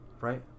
right